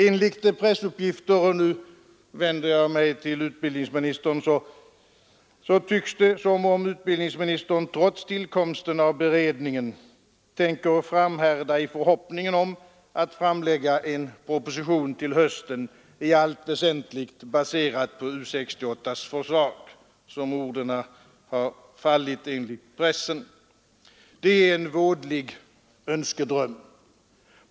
Enligt pressuppgifter — och nu vänder jag mig till utbildningsministern — tycks det som om utbildningsministern trots tillkomsten av beredningen tänker framhärda i förhoppningen om att framlägga en proposition till hösten, i allt väsentligt baserad på U 68:s förslag, som orden har fallit enligt pressen. Det är en vådlig önskedröm.